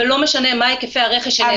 ולא משנה מה היקפי הרכש שלהם.